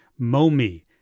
momi